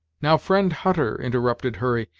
now, friend hutter, interrupted hurry,